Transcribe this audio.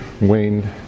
Wayne